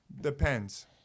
Depends